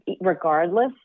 regardless